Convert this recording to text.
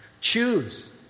Choose